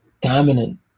dominant